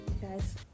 guys